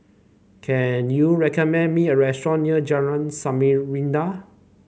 can you recommend me a restaurant near Jalan Samarinda